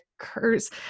occurs